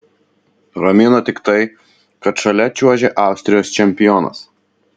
ramino tik tai kad šalia čiuožė austrijos čempionas